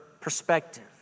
perspective